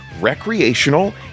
recreational